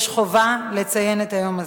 יש חובה לציין את היום הזה.